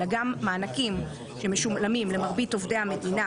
אלא גם מענקים שמשולמים למרבית עובדי המדינה